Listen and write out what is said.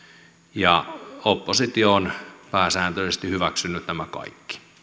ja oppositio on pääsääntöisesti hyväksynyt nämä kaikki